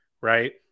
right